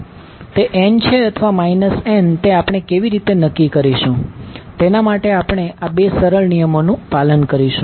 તે n છે અથવા n તે આપણે કેવી રીતે નક્કી કરીશું તેના માટે આપણે આ 2 સરળ નિયમોનું પાલન કરીશું